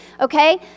Okay